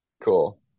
Cool